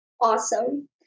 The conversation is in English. Awesome